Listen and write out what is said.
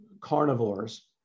carnivores